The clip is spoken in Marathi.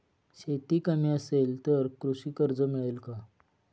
शेती कमी असेल तर कृषी कर्ज मिळेल का?